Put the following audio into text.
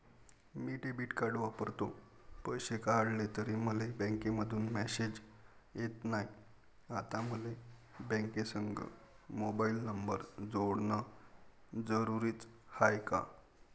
मी debit card वापरतो, पैसे काढले तरी मले बँकेमंधून मेसेज येत नाय, आता मले बँकेसंग मोबाईल नंबर जोडन जरुरीच हाय का?